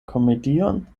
komedion